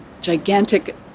gigantic